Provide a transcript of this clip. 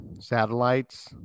satellites